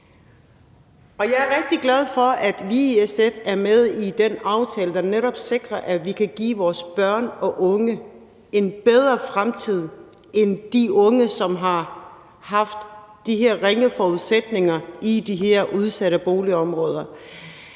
Jeg er rigtig glad for, at vi i SF er med i den aftale, der netop sikrer, at vi kan give vores børn og unge en bedre fremtid end de unge, som har haft de her ringe forudsætninger i de her udsatte boligområder.